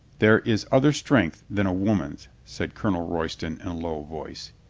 there is other strength than a woman's, said colonel royston in a low voice.